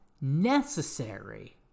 necessary